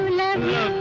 love